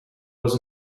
was